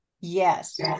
Yes